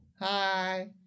Hi